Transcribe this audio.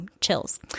Chills